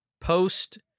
post